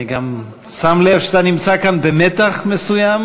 אני גם שם לב שאתה נמצא כאן במתח מסוים.